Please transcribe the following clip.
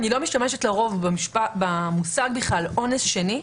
אני לרוב לא משתמשת במושג "אונס שני",